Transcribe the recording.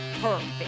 perfect